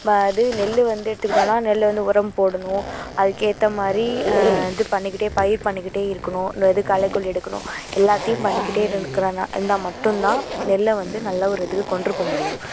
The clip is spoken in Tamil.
வ இது நெல் வந்து எடுத்துக்கிட்டோன்னால் நெல் வந்து உரம் போடணும் அதுக்கு ஏற்ற மாதிரி இது பண்ணிக்கிட்டே பயிர் பண்ணிக்கிட்டே இருக்கணும் இந்த இது களைக்கொல்லி எடுக்கணும் எல்லாத்தையும் பண்ணிக்கிட்டே இருக்கிறாங்க இருந்தால் மட்டும் தான் நெல்லை வந்து நல்ல ஒரு இதுக்கு கொண்டுட்டு போக முடியும்